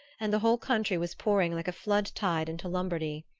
and the whole country was pouring like a flood-tide into lombardy.